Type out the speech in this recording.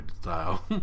style